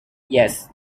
yes